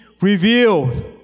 revealed